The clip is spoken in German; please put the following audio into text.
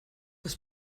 das